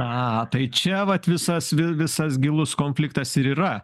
a tai čia vat visas vėl visas gilus konfliktas ir yra